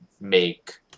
make